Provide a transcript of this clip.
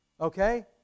okay